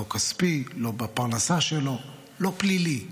לא כספי, לא בפרנסה שלו, לא פלילי,